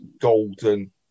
golden